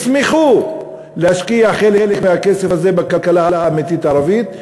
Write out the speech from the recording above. ישמחו להשקיע חלק מהכסף הזה בכלכלה האמיתית הערבית.